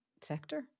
sector